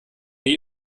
nie